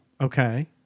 Okay